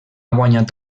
guanyat